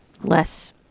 less